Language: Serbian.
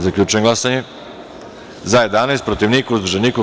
Zaključujem glasanje: za – 11, protiv – niko, uzdržanih – nema.